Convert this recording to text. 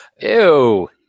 Ew